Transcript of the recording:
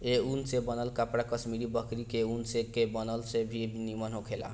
ए ऊन से बनल कपड़ा कश्मीरी बकरी के ऊन के बनल से भी निमन होखेला